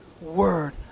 word